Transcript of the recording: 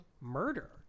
murder